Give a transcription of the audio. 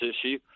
issue